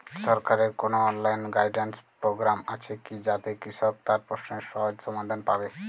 সরকারের কোনো online guidance program আছে কি যাতে কৃষক তার প্রশ্নের সহজ সমাধান পাবে?